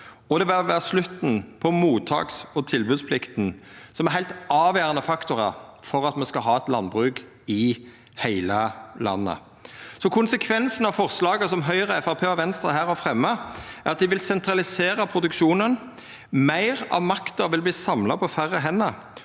det vil vera slutten på mottaks- og tilbodsplikta, som er heilt avgjerande faktorar for at me skal ha eit landbruk i heile landet. Konsekvensen av forslaget Høgre, Framstegspartiet og Venstre her har fremja, er at dei vil sentralisera produksjonen, meir av makta vil verta samla på færre hender,